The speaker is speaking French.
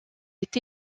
est